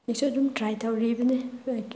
ꯍꯖꯤꯛꯁꯨ ꯑꯗꯨꯝ ꯇ꯭ꯔꯥꯏ ꯇꯧꯔꯤꯕꯅꯤ